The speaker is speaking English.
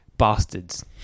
bastards